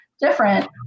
different